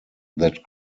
that